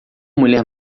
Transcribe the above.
mulher